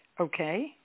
Okay